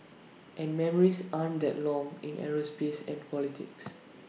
and memories aren't that long in aerospace and politics